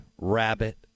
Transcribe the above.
Rabbit